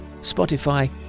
Spotify